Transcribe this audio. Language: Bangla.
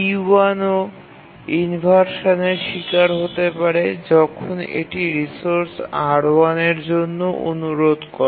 T1 ও ইনভারশানের শিকার হতে পারে যখন এটি রিসোর্স R1 এর জন্য অনুরোধ করে